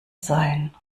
sein